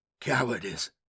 Cowardice